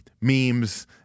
memes